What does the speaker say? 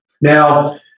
Now